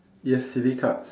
yes silly cards